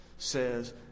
says